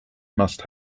must